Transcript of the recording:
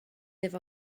live